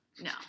No